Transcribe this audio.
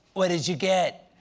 what did you get?